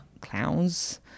clowns